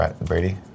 Brady